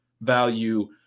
value